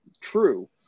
True